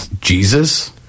Jesus